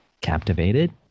Captivated